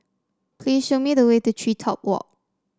please show me the way to TreeTop Walk